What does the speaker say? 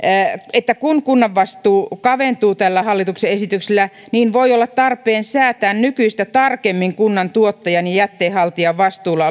että kun kunnan vastuu kaventuu tällä hallituksen esityksellä niin voi olla tarpeen säätää nykyistä tarkemmin kunnan tuottajan ja jätteen haltijan vastuulla